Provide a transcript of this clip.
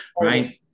Right